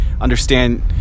understand